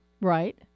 Right